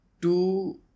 two